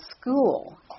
school